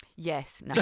Yes